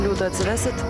liūtą atsivesit